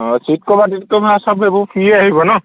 অঁ seat cover seat cover চব এইবোৰ ফ্ৰীয়ে আহিব ন